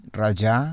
raja